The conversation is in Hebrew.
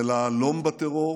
זה להלום בטרור